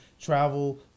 travel